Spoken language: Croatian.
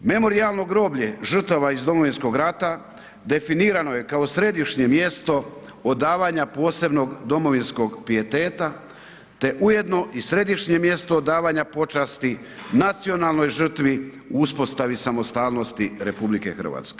Memorijalno groblje žrtava iz Domovinskog rata definirano je kao središnje mjesto odavanja posebnog domovinskog pijeteta te ujedno i središnjem mjesto odavanja počasti nacionalnoj žrtvi u uspostavi samostalnosti RH.